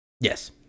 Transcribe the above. Yes